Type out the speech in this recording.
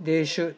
they should